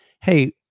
hey